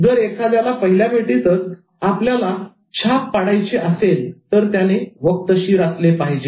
जर एखाद्याला पहिल्या भेटीतच ठसा उमटवायचाछाप पाडायची असेल तर त्याने वक्तशीर असले पाहिजे